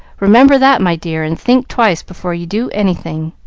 remember that, my dear, and think twice before you do anything.